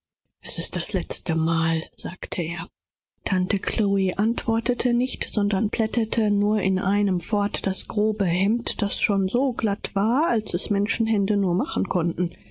s ist das letzte mal sagte er tante chlo antwortete nicht sondern plettete nur mit erhöhtem eifer das grobe hemd weiter das bereits so glatt war wie hände es machen konnten